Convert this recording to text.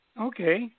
Okay